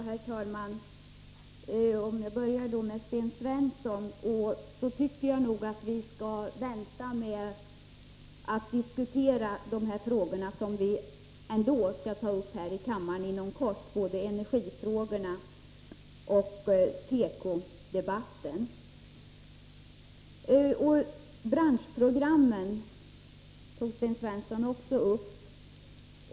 Herr talman! För att börja med Sten Svensson så tycker jag nog att vi skall vänta med att diskutera både energifrågorna och tekofrågorna, som vi ändå skall ta upp här i kammaren inom kort. Branschprogrammen tog Sten Svensson också upp.